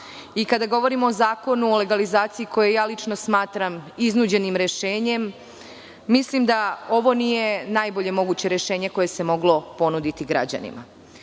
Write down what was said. i kada govorimo o Zakonu o legalizaciji, koji ja lično smatram iznuđenim rešenjem, mislim da ovo nije najbolje moguće rešenje koje se moglo ponuditi građanima.